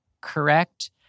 correct